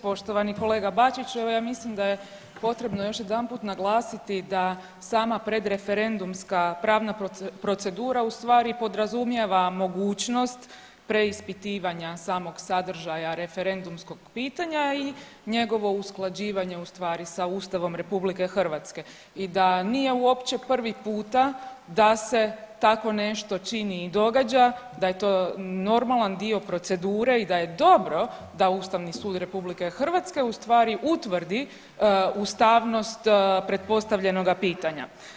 Poštovani kolega Bačiću, evo ja mislim da je potrebno još jedanput naglasiti da sama predreferendumska pravna procedura u stvari podrazumijeva mogućnost preispitivanja samog sadržaja referendumskog pitanja i njegovo usklađivanje u stvari sa Ustavom RH i da nije uopće prvi puta da se tako nešto čini i događa, da je to normalan dio procedure i da je dobro da Ustavni sud RH u stvari utvrdi ustavnost pretpostavljenoga pitanja.